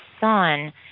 son